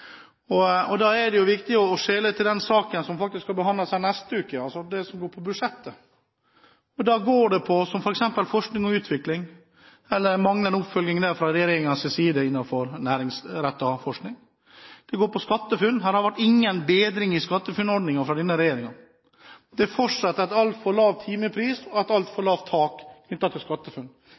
nettopp rammevilkårene. Da er det viktig å skjele til den saken som skal behandles her neste uke, det som går på budsjettet. Da går det på f.eks. forskning og utvikling, manglende oppfølging fra regjeringens side innenfor næringsrettet forskning, og det går på SkatteFUNN. Det har ikke vært noen bedring i SkatteFUNN-ordningen fra denne regjeringen. Det er fortsatt en altfor lav timepris og et altfor lavt tak knyttet til SkatteFUNN.